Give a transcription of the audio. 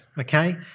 okay